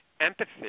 empathy